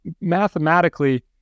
mathematically